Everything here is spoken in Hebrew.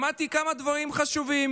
שמעתי כמה דברים חשובים.